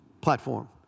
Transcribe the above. platform